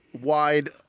wide